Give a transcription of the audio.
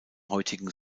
heutigen